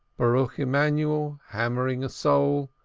baruch emanuel, hammering a sole,